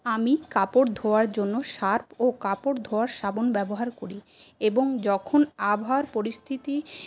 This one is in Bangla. আমি কাপড় ধোওয়ার জন্য সার্ফ ও কাপড় ধোওয়ার সাবন ব্যবহার করি এবং যখন আবহাওয়ার পরিস্থিতি